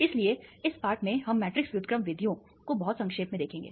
इसलिए इस पाठ में हम मैट्रिक्स व्युत्क्रम विधियों को बहुत संक्षेप में देखेंगे